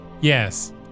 Yes